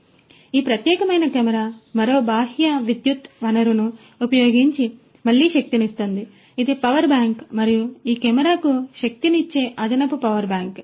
కాబట్టి ఈ ప్రత్యేకమైన కెమెరా మరో బాహ్య విద్యుత్ వనరును ఉపయోగించి మళ్లీ శక్తినిస్తుంది ఇది పవర్ బ్యాంక్ మరియు ఈ కెమెరాకు శక్తినిచ్చే అదనపు పవర్ బ్యాంక్